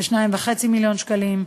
כ-2.5 מיליון שקלים,